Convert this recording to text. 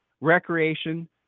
recreation